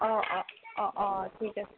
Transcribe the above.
অঁ অঁ অঁ অঁ ঠিক আছে